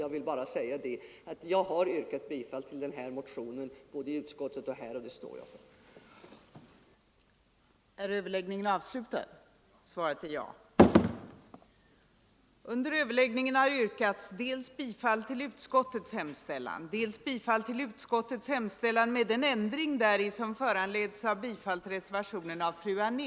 Jag vill bara säga att jag har yrkat bifall till motionen, både i utskottet och i kammaren, och att jag står för detta.